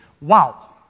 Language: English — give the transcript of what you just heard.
Wow